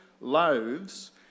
loaves